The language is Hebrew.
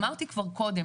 אמרתי כבר קודם,